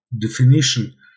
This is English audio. definition